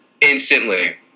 instantly